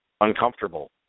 uncomfortable